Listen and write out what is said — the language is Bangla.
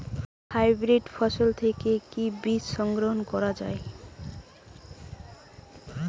হাইব্রিড ফসল থেকে কি বীজ সংগ্রহ করা য়ায়?